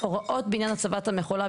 הוראות בעניין הצבת המכולה,